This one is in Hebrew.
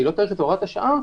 של הוראת השעה,